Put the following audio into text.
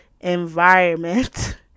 environment